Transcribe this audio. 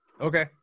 Okay